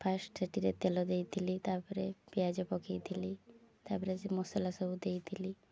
first ସେଇଠିରେ ତେଲ ଦେଇଥିଲି ତା'ପରେ ପିଆଜ ପକାଇଥିଲି ତା'ପରେ ସେ ମସଲା ସବୁ ଦେଇଥିଲି